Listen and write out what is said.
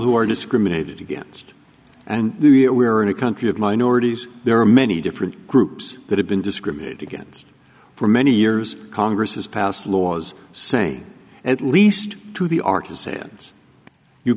who are discriminated against and we are in a country of minorities there are many different groups that have been discriminated against for many years congress has passed laws say at least to the